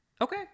Okay